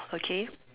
okay